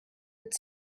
its